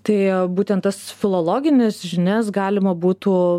tai būtent tas filologinis žinias galima būtų